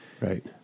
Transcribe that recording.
Right